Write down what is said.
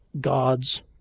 God's